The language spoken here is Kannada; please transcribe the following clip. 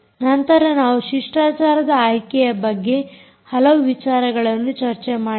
ನಂತರ ನಾವು ಶಿಷ್ಟಾಚಾರದ ಆಯ್ಕೆಯ ಬಗ್ಗೆ ಹಲವು ವಿಚಾರಗಳನ್ನು ಚರ್ಚೆ ಮಾಡಿದೆವು